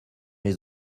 les